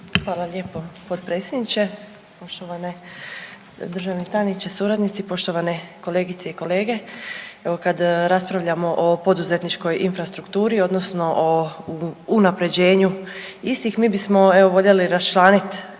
Hvala lijepo potpredsjedniče. Poštovani državni tajnici, suradnici, poštovane kolegice i kolege. Evo kad raspravljamo o poduzetničkoj infrastrukturi odnosno o unapređenju istih mi bismo evo voljeli raščlanit